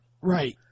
Right